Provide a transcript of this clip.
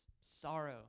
sorrow